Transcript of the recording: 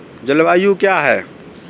जलवायु क्या है?